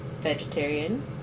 vegetarian